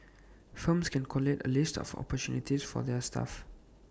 firms can collate A list of opportunities for their staff